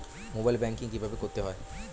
Mobile banking কীভাবে করতে হয়?